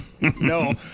No